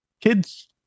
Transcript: kids